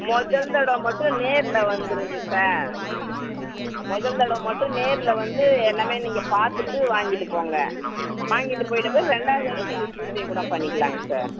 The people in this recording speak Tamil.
முதல் தடவை மட்டும் நேரில் வந்துடுங்க சார் முதல் தடவை மட்டும் நேரில் வந்து எல்லாமே நீங்கள் பார்த்துட்டு வாங்கிட்டுப் போங்க வாங்கிட்டுப் போய்விட்ட பிறகு ரெண்டாவது தடவை நீங்கள் ஜிபே கூட பண்ணிக்கலாங்க சார்